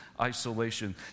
isolation